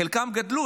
חלקם גדלו.